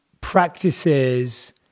practices